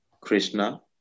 krishna